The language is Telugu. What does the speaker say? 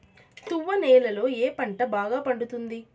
తువ్వ నేలలో ఏ పంట బాగా పండుతుంది?